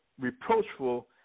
reproachful